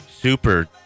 Super